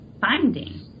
finding